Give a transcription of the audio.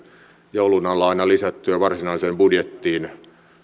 joulun alla aina lisättyä varsinaiseen budjettiin